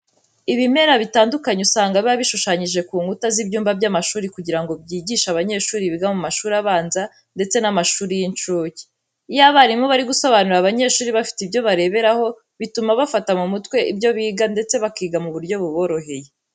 Ibimera bitandukanye usanga biba bishushanyije ku nkuta z'ibyumba by'amashuri kugira ngo byigishe abanyeshuri biga mu mashuri abanza ndetse n'amashuri y'incuke. Iyo abarimu bari gusobanurira abanyeshuri bafite ibyo bareberaho bituma bafata mu mutwe ibyo biga ndetse bakiga mu buryo buboroheye.